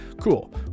cool